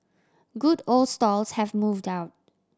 good old stalls have moved out